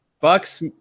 Bucks